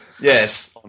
Yes